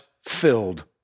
filled